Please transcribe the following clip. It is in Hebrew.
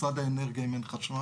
משרד האנרגיה אם אין חשמל.